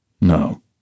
No